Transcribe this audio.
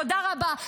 תודה רבה.